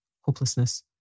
hopelessness